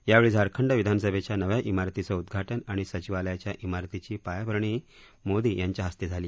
यावेळी झारखंड विधानसभेच्या नव्या इमारतीचं उद्घाटन आणि सचिवालयाच्या इमारतीची पायाभरणीही मोदी यांच्या हस्ते झाली